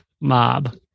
Mob